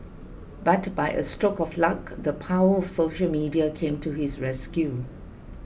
but by a stroke of luck the power of social media came to his rescue